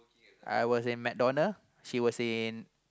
I was in McDonald's she was in